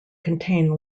contain